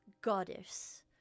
goddess